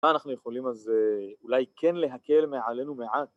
מה אנחנו יכולים, אז, אולי כן להקל מעלינו מעט?